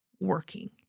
working